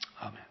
Amen